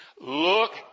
Look